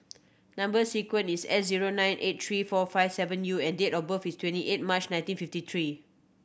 number sequence is S zero nine eight three four five seven U and date of birth is twenty eight March nineteen fifty three